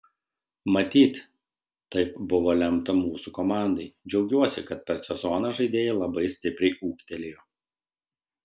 matyt taip buvo lemta mūsų komandai džiaugiuosi kad per sezoną žaidėjai labai stipriai ūgtelėjo